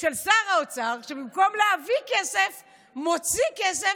של שר האוצר, שבמקום להביא כסף מוציא כסף,